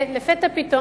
לפתע פתאום,